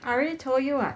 I already told you [what]